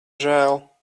žēl